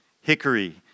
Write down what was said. Hickory